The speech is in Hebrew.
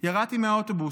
ירדתי מהאוטובוס".